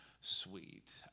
sweet